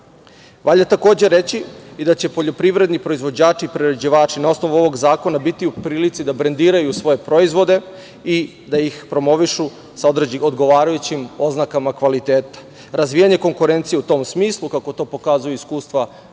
takođe reći, da će poljoprivredni proizvođači i prerađivači na osnovu ovog zakona biti u prilici da brendiraju svoje proizvode i da ih promovišu sa odgovarajućim oznakama kvaliteta. Razvijane konkurencije u tom smislu kako to pokazuju iskustva razvijenih